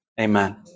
Amen